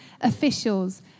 officials